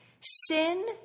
Sin